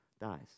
dies